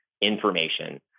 information